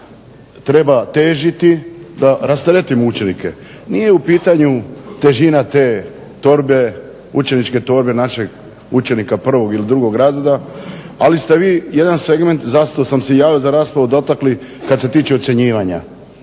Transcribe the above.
treba težiti da rasteretimo učenike. Nije u pitanju težina te torbe, učeničke torbe našeg učenika prvog ili drugog razreda, ali ste vi jedan segment, zašto sam se i javio za raspravu, dotakli kad se tiče ocjenjivanja.